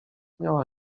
miała